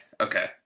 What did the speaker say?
Okay